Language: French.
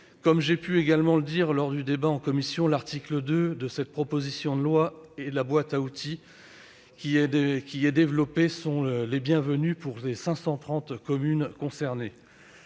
Comme j'ai pu également le dire lors du débat en commission, l'article 2 de cette proposition de loi et la boîte à outils qui y est développée sont les bienvenues pour les 530 communes concernées.